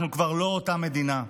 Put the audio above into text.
אנחנו כבר לא אותה מדינה.